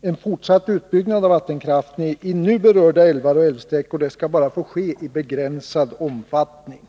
en fortsatt utbyggnad av vattenkraften i de nu berörda älvarna och älvsträckorna bara skall få ske i begränsad omfattning.